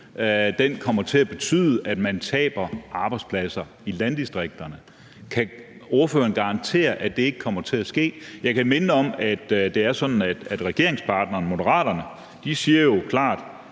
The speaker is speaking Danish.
kommer til at betyde, at man taber arbejdspladser i landdistrikterne. Kan ordføreren garantere, at det ikke kommer til at ske? Jeg vil minde om, at det er sådan, at regeringspartneren Moderaterne jo klart